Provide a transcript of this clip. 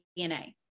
DNA